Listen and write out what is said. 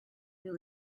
will